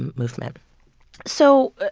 movement so